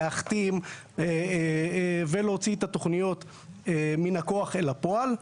להחתים ולהוציא את התוכניות מן הכוח אל הפועל,